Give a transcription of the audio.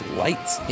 lights